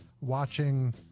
watching